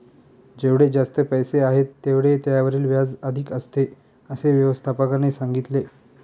जेवढे जास्त पैसे आहेत, तेवढे त्यावरील व्याज अधिक असते, असे व्यवस्थापकाने सांगितले